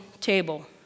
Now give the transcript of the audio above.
table